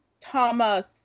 Thomas